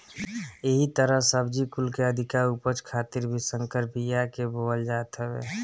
एही तहर सब्जी कुल के अधिका उपज खातिर भी संकर बिया के बोअल जात हवे